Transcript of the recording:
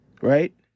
right